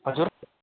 हजुर